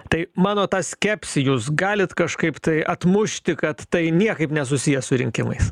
tai mano tą skepsį jūs galit kažkaip tai atmušti kad tai niekaip nesusiję su rinkimais